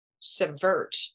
subvert